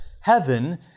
heaven